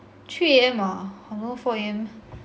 three A_M ah !hannor! four A_M